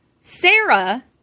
Sarah